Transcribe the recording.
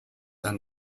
and